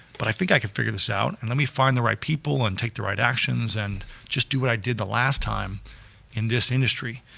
but i think i can figure this out. and let me find the right people and take the right actions and just do what i did the last time in this industry.